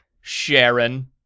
Sharon